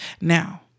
Now